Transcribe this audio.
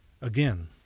Again